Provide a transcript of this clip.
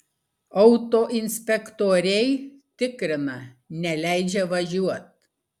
autoinspektoriai tikrina neleidžia važiuot